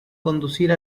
conducir